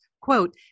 quote